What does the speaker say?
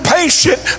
patient